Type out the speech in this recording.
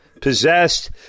possessed